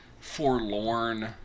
forlorn